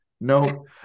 no